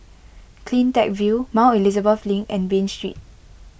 CleanTech View Mount Elizabeth Link and Bain Street